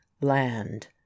land